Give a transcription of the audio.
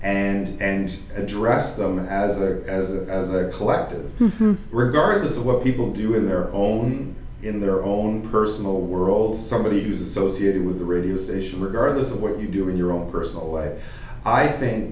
and address them as a as a collective regardless of what people do in their own in their own personal world somebody who's associated with a radio station regardless of what you do in your own personal way i think